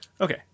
Okay